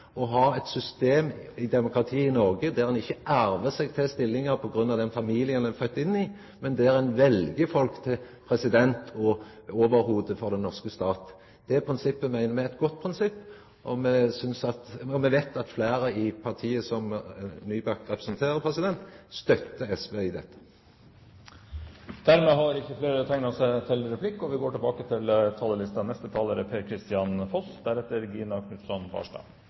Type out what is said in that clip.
Noreg der ein ikkje arvar stillingar på grunn av den familien ein er fødd inn i, men der ein vel folk til president og overhovud for den norske stat. Det prinsippet meiner me er eit godt prinsipp. Og me veit at det er fleire i det partiet som Nybakk representerer, som stør SV i dette. Replikkordskiftet er omme. Høyre støtter innstillingen fra flertallet i komiteen. Vi